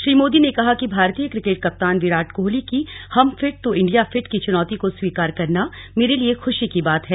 श्री मोदी ने कहा कि भारतीय क्रिकेट कप्तान विराट कोहली की हम फिट तो इंडिया फिट की च्नौती को स्वीकार करना मेरे लिए खूशी की बात है